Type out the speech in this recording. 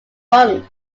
runs